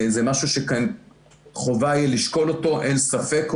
וזה משהו שחובה יהיה לשקול אותו אין ספק,